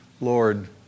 Lord